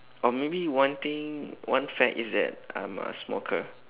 or maybe one thing one fact is that I'm a smoker